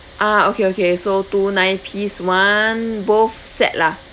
ah okay okay so two nine piece one both set lah